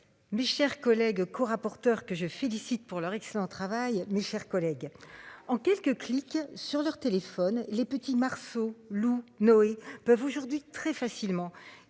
Mes chers collègues corapporteur que je félicite pour leur excellent travail, mes chers collègues, en quelques clics sur leur téléphone. Les petits Marceau. Noé peuvent aujourd'hui très facilement